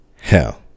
hell